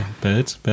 Birds